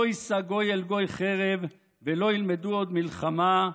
לא יִשא גוי אל גוי חרב ולא ילמדו עוד מלחמה".